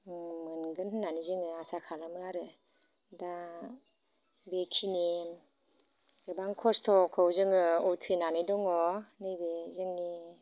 मोनगोन होननानै जोङो आसा खालामो आरो दा बेखिनि गोबां खस्थ'खौ जोङो उथ्रिनानै दङ नैबे जोंनि